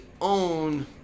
own